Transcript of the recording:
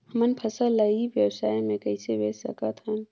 हमर फसल ल ई व्यवसाय मे कइसे बेच सकत हन?